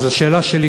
השאלה שלי,